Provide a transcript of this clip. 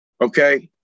Okay